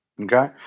okay